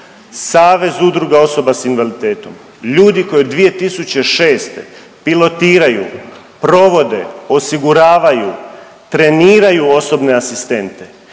Savez udruga osoba s invaliditetom, ljudi koji od 2006. pilotiraju, provode, osiguravanju, treniraju osobne asistente